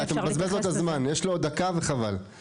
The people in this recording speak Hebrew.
אתה מבזבז לו את הזמן ויש לו עוד דקה, חבל.